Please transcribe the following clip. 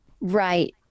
right